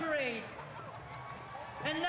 parade and